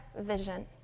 vision